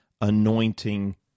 anointing